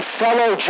fellow